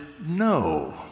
no